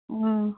ꯎꯝ